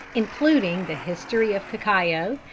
including the history of cacao,